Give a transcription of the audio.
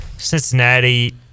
Cincinnati